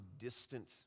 distant